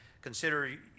consider